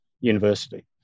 university